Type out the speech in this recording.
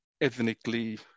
ethnically